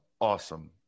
awesome